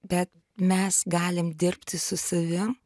bet mes galim dirbti su savim